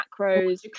macros